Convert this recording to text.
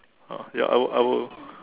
ah ya I will I will